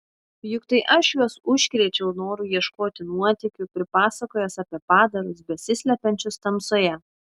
juk tai aš juos užkrėčiau noru ieškoti nuotykių pripasakojęs apie padarus besislepiančius tamsoje